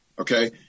Okay